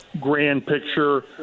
grand-picture